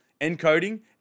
encoding